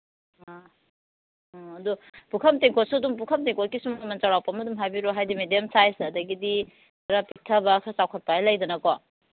ꯑ ꯑꯗꯨ ꯄꯨꯈꯝ ꯇꯦꯡꯀꯣꯠꯁꯨ ꯑꯗꯨꯝ ꯄꯨꯈꯝ ꯇꯦꯡꯀꯣꯠꯀꯤꯁꯨ ꯃꯃꯟ ꯆꯧꯔꯥꯛꯄ ꯑꯃ ꯑꯗꯨꯝ ꯍꯥꯏꯕꯤꯔꯛꯑꯣ ꯍꯥꯏꯕꯗꯤ ꯃꯦꯗꯤꯌꯝ ꯁꯥꯏꯁ ꯑꯗꯨꯗꯒꯤ ꯈꯔ ꯄꯤꯛꯊꯕ ꯈꯔ ꯆꯥꯎꯈꯠꯄ ꯍꯥꯏꯅ ꯂꯩꯗꯅꯀꯣ